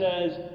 says